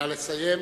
נא לסיים.